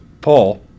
Paul